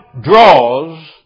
draws